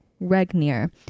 regnier